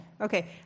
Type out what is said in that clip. Okay